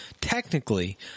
technically